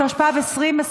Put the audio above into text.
התשפ"ב 2021,